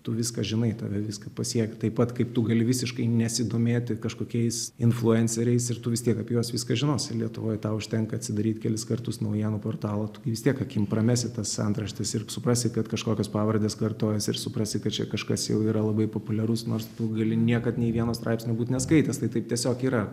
tu viską žinai tave viską pasiekia taip pat kaip tu gali visiškai nesidomėti kažkokiais influenceriais ir tu vis tiek apie juos viską žinosi lietuvoj tau užtenka atsidaryti kelis kartus naujienų portalą tu gi vis tiek akim pramesti tas antraštes ir suprasi kad kažkokios pavardės kartojasi ir suprasi kad čia kažkas jau yra labai populiarus nors tu gali niekad nei vieno straipsnio būt neskaitęs tai taip tiesiog yra